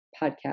podcast